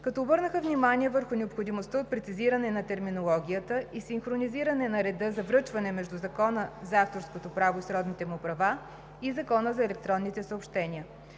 като обърнаха внимание върху необходимостта от прецизиране на терминологията и синхронизиране на реда за връчване между Закона за авторското право и сродните му права и Закона за електронните съобщения.